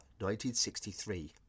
1963